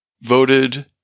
Voted